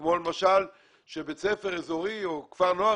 כמו למשל שבית ספר אזורי או כפר נוער